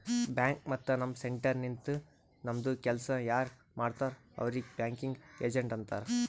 bank ಮತ್ತ ನಮ್ centre ನಿಂತು ನಮ್ದು ಕೆಲ್ಸಾ ಯಾರ್ ಮಾಡ್ತಾರ್ ಅವ್ರಿಗ್ ಬ್ಯಾಂಕಿಂಗ್ ಏಜೆಂಟ್ ಅಂತಾರ್